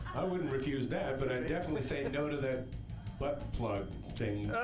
i wouldn't refuse that, but i'd definitely say no to that butt plug thing.